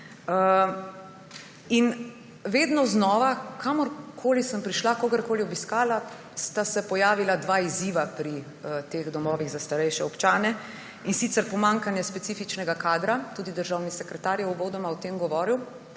in vedno znova, kamorkoli sem prišla, kogarkoli obiskala, sta se pojavila dva izziva pri teh domovih za starejše občane. Gre za pomanjkanje specifičnega kadra, tudi državni sekretar je uvodoma o tem govoril,